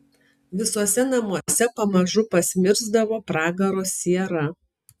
visuose namuose pamažu pasmirsdavo pragaro siera